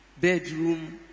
bedroom